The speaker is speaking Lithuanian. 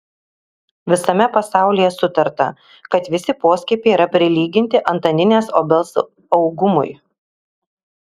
visame pasaulyje sutarta kad visi poskiepiai yra prilyginti antaninės obels augumui